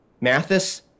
Mathis